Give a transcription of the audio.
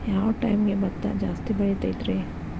ಯಾವ ಟೈಮ್ಗೆ ಭತ್ತ ಜಾಸ್ತಿ ಬೆಳಿತೈತ್ರೇ?